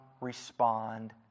respond